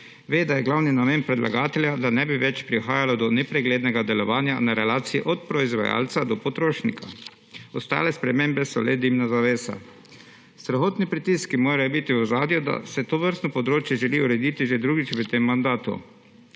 ve, da je glavni namen predlagatelja, da ne bi več prihajalo do nepreglednega delovanja na relaciji od proizvajalca do potrošnika, ostale spremembe so le dimna zavesa. Strahotni pritiski morajo biti v ozadju, da se tovrstno področje želi urediti že drugič v tem mandatu.